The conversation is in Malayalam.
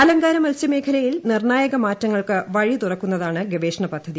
അലങ്കാര മത്സ്യമേഖലയിൽ നിർണായക മാറ്റങ്ങൾക്ക് വഴിതുറക്കുന്നതാണ് ഗവേഷങ്ങ് പദ്ധതി